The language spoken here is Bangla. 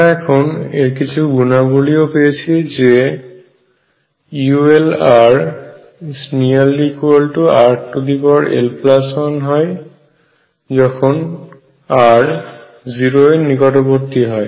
আমরা এখানে এর কিছু গুণাবলী ও পেয়েছি যে ulrrl1 হয় যখন r 0 এর নিকটবর্তী হয়